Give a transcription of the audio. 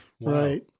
Right